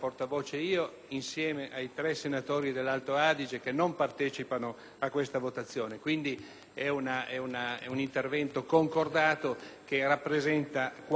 di un intervento concordato, che rappresenta quattro senatori. Le motivazioni di questa difformità rispetto al nostro Gruppo parlamentare stanno